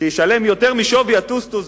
שישלם ביטוח חובה יותר משווי הטוסטוס?